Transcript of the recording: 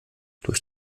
durch